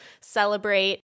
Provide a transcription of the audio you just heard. celebrate